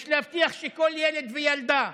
יש להבטיח שכל ילד וילדה,